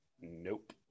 Nope